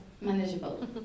Manageable